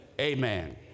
Amen